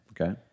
Okay